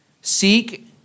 Seek